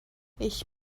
ich